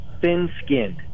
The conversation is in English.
thin-skinned